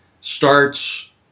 starts